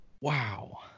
Wow